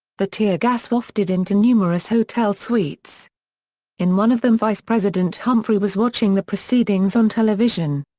the tear gas wafted into numerous hotel suites in one of them vice-president humphrey was watching the proceedings on television.